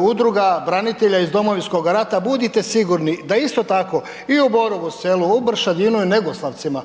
udruga branitelja iz Domovinskog rata, budite sigurni da isto tako i u Borovu selu, u Bršadinu i Negoslavcima